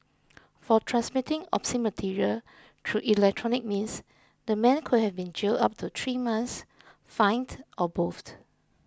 for transmitting obscene material through electronic means the man could have been jailed up to three months fined or both